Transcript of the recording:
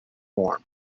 form